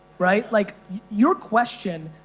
right? like your question,